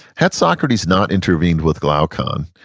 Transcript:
had socrates not intervened with glaucon,